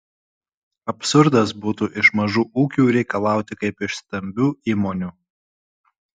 absurdas būtų iš mažų ūkių reikalauti kaip iš stambių įmonių